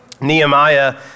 Nehemiah